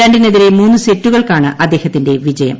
ര ിനെതിരെ മൂന്ന് സെറ്റുകൾക്കാണ് അദ്ദേഹത്തിന്റെ വിജയം